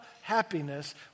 happiness